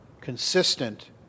consistent